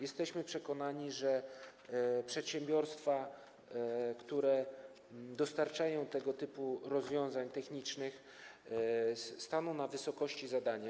Jesteśmy przekonani, że przedsiębiorstwa, które dostarczają tego typu rozwiązań technicznych, staną na wysokości zadania.